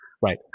Right